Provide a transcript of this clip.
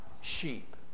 sheep